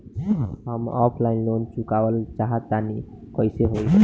हम offline loan चुकावल चाहऽ तनि कइसे होई?